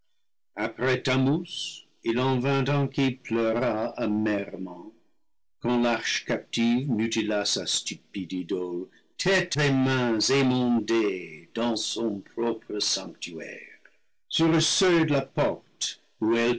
après thammuz il en vint un qui pleura amèrement quand l'arche captive mutila sa stupide idole tètes et mains émondées dans son propre sanctuaire sur le seuil de la porte